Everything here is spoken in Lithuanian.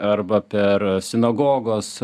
arba per sinagogos